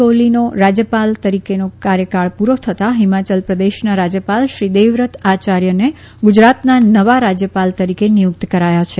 કોહલીનો રાજ્યપાલ તરીકે કાર્યકાળ પૂરી થતાં હિમાચલપ્રદેશના રાજ્યપાલ શ્રી દેવવ્રત આયાર્યને ગુજરાતના નવા રાજ્યપાલ તરીકે નિયુક્ત કરાયા છે